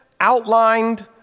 outlined